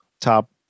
top